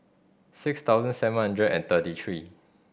six thousand seven hundred and thirty three